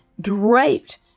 draped